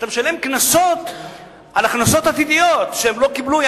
אתה משלם קנסות על הכנסות עתידיות שהם לא קיבלו,